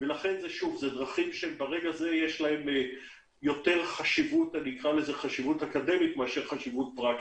ולכן הן דרכים שברגע זה יש להן יותר חשיבות אקדמית מאשר חשיבות פרקטית.